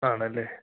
ആണല്ലേ